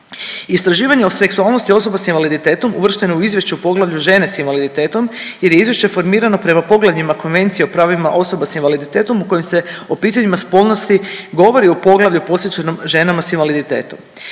Istraživanja o seksualnostima osoba s invaliditetom uvrštena u izvješću u poglavlju Žene s invaliditetom jer je izvješće formirano prema poglavljima Konvencije o pravima osoba s invaliditetom u koje se o pitanjima spolnosti govori u poglavlju posvećenom ženama s invaliditetom.